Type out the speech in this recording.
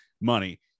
money